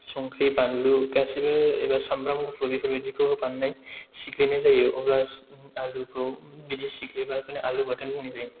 संख्रि बानलु गासिबो एबा सामब्राम गुफुर बेफोरबायदिखौ होफानानै सिग्लिनाय जायो अब्ला आलुखौ बिदि सिग्लिबा बेखौ आलु बाथोन बुंनाय जायो